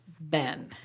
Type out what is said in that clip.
Ben